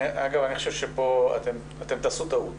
אגב, אני חושב שפה אתם תעשו טעות,